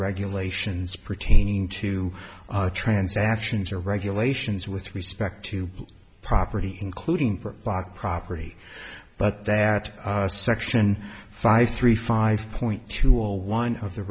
regulations pertaining to transactions or regulations with respect to property including block property but that section five three five point two or one of the